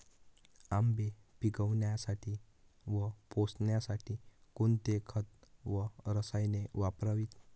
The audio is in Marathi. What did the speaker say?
आंबे पिकवण्यासाठी व पोसण्यासाठी कोणते खत व रसायने वापरावीत?